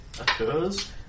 Occurs